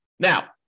Now